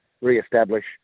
re-establish